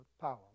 power